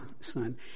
son